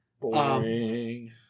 Boring